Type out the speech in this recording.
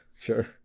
sure